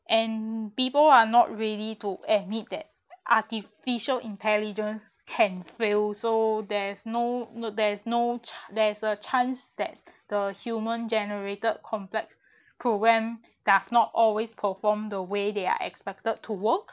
and people are not ready to admit that artificial intelligence can fail so there's no not there is no cha~ there is a chance that the human generated complex program does not always perform the way they are expected to work